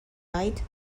light